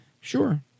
Sure